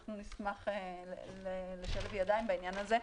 אנחנו נשמח לשלב ידיים בעניין הזה,